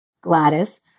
Gladys